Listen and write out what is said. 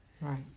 right